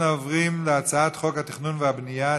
אנחנו עוברים להצעת חוק התכנון והבנייה (תיקון,